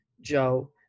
Joe